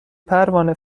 پروانه